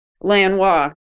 Lanois